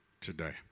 today